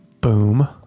Boom